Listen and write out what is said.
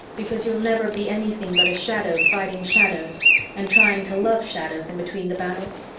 because you'll never be anything but a shadow fighting shadows and trying to love shadows in between the battles?